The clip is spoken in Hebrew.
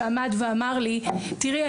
שעמד ואמר לי: "תראי,